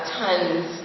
tons